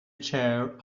chair